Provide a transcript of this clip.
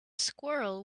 squirrel